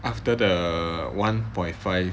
after the one point five